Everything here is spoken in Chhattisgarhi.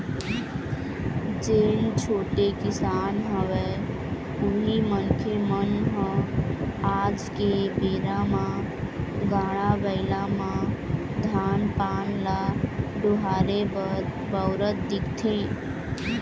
जेन छोटे किसान हवय उही मनखे मन ह आज के बेरा म गाड़ा बइला म धान पान ल डोहारे बर बउरत दिखथे